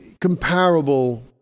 comparable